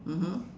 mmhmm